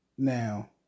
Now